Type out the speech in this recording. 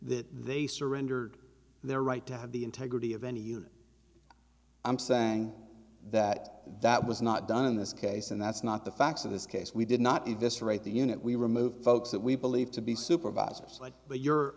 that they surrendered their right to have the integrity of any unit i'm saying that that was not done in this case and that's not the facts of this case we did not investigate the unit we removed folks that we believe to be supervisors like but your